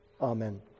Amen